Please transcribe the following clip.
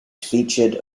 featured